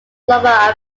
global